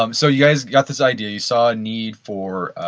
um so you guys got this idea, you saw a need for